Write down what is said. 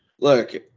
Look